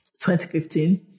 2015